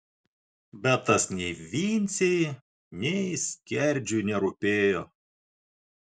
bet tas nei vincei nei skerdžiui nerūpėjo